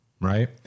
right